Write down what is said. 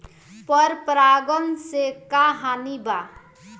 पर परागण से का हानि बा?